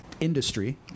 industry